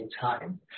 time